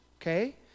okay